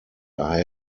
are